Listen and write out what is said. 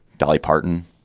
dolly parton,